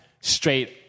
straight